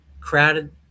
crowded